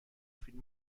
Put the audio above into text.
فیلم